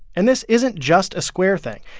and this isn't just a square thing.